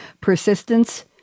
persistence